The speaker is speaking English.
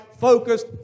focused